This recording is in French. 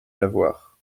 d’avoir